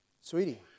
sweetie